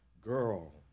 Girl